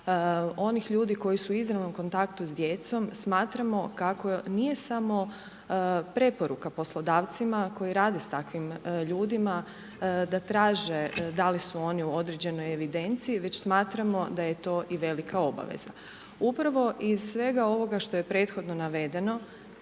onih ljudi koji su u izravnom kontaktu s djecom, smatramo kako nije samo preporuka poslodavcima koji rade s takvim ljudima da traže da li su oni u određenoj evidenciji, već smatramo da je to i velika obaveza. Upravo iz svega ovoga što je prethodno navedeno,